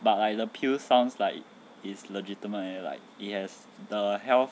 but like the peel sounds like it's legitimately leh like it has the health